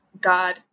God